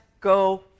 go